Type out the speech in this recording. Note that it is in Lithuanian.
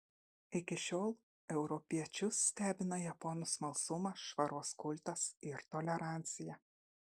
iki šiol europiečius stebina japonų smalsumas švaros kultas ir tolerancija